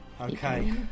okay